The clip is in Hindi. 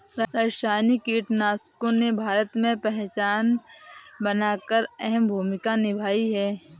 रासायनिक कीटनाशकों ने भारत में पहचान बनाकर अहम भूमिका निभाई है